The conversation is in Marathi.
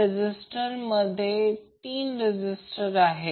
तर समजा हे एक b c आहे ही फेज ओपन आहे